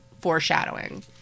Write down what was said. foreshadowing